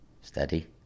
Steady